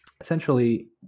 essentially